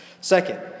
Second